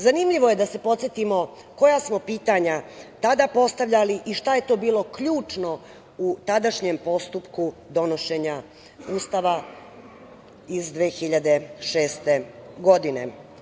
Zanimljivo je da se podsetimo koja smo pitanja tada postavljali i šta je to bilo ključno u tadašnjem postupku donošenja Ustava iz 2006. godine.